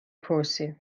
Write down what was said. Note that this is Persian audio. پرسید